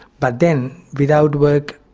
but then, without work,